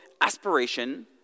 aspiration